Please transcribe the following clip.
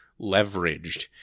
leveraged